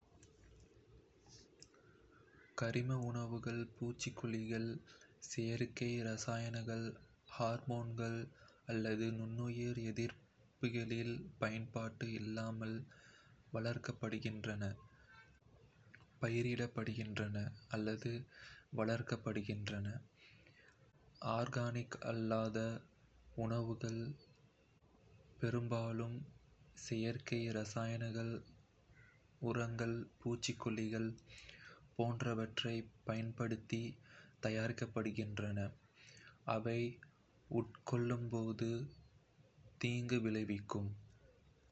கரிம உணவுகள் பூச்சிக்கொல்லிகள், செயற்கை இரசாயனங்கள், ஹார்மோன்கள் அல்லது நுண்ணுயிர் எதிர்ப்பிகளின் பயன்பாடு இல்லாமல் வளர்க்கப்படுகின்றன, பயிரிடப்படுகின்றன அல்லது வளர்க்கப்படுகின்றன. ஆர்கானிக் அல்லாத உணவுகள் பெரும்பாலும் செயற்கை இரசாயனங்கள், உரங்கள், பூச்சிக்கொல்லிகள் போன்றவற்றைப் பயன்படுத்தி தயாரிக்கப்படுகின்றன, அவை உட்கொள்ளும்போது தீங்கு விளைவிக்கும்.